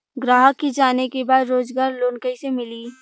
ग्राहक के जाने के बा रोजगार लोन कईसे मिली?